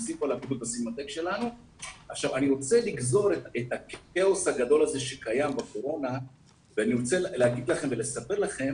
אני רוצה לגזור את הכאוס הגדול הזה שקיים בקורונה ואני רוצה לספר לכם